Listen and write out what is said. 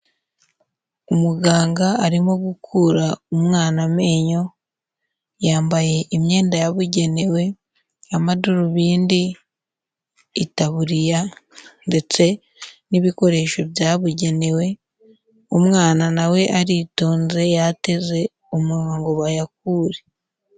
Umuganga arimo gukura umwana amenyo yambaye imyenda yabugenewe y'amadarubindi, itaburiya ndetse n'ibikoresho byabugenewe, umwana nawe aritonze yateze umunwa ngo bayakure.